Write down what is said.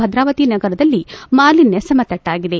ಭದ್ರಾವತಿ ನಗರದಲ್ಲಿ ಮಾಲಿನ್ದ ಸಮತಟ್ಟಾಗಿದೆ